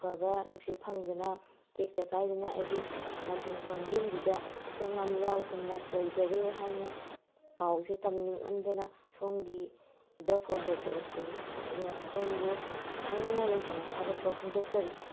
ꯑꯐꯕ ꯅꯨꯡꯁꯤꯠ ꯐꯪꯗꯅ ꯇꯦꯛꯇ ꯀꯥꯏꯗꯅ ꯑꯩꯒꯤ ꯄꯟꯊꯨꯡꯐꯝ ꯌꯨꯝꯗꯨꯗ ꯑꯁꯣꯏ ꯑꯉꯥꯝ ꯌꯥꯎꯗꯅ ꯌꯧꯖꯔꯦ ꯍꯥꯏꯅ ꯄꯥꯎꯁꯤ ꯇꯝꯅꯤꯡꯃꯟꯗꯅ ꯁꯣꯝꯒꯤꯗ ꯐꯣꯟ ꯇꯧꯖꯔꯛꯄꯅꯦ ꯑꯗꯨꯅ ꯁꯣꯝꯕꯨ ꯍꯥꯏꯅꯤꯡꯉꯥꯏ ꯂꯩꯇꯅ ꯊꯥꯒꯠꯄ ꯐꯣꯡꯗꯣꯛꯆꯔꯤ